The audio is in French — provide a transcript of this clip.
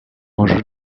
enjeu